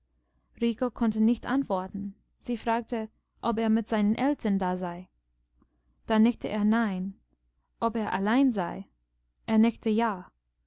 rico konnte nicht antworten sie fragte ob er mit seinen eltern da sei da nickte er nein ob er allein sei er nickte ja